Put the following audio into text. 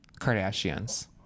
Kardashians